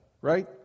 Right